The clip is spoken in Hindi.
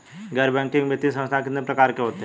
गैर बैंकिंग वित्तीय संस्थान कितने प्रकार के होते हैं?